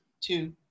two